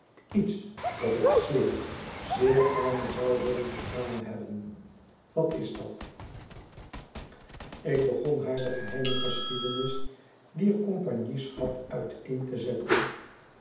lets dat ik zeer zeer gaarne zou willen gedaan hebben wat is dat ik begon haar de geheime gesehiedenis dier compagnieschap uiteen te zetten